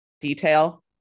detail